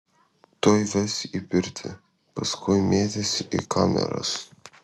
tuoj ves į pirtį paskui mėtys į kameras